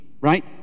right